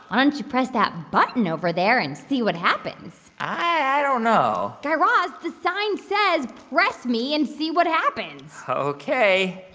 um don't you press that button over there and see what happens? i don't know guy raz, the sign says press me and see what happens ok